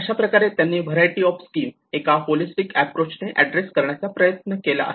अशाप्रकारे त्यांनी variety of scheme एका होलिस्टिक अॅप्रोच ने ऍड्रेस करण्याचा प्रयत्न केला आहे